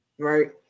Right